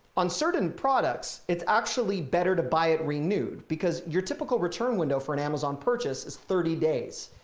on certain products, it's actually better to buy it renewed because your typical return window for an amazon purchase is thirty days.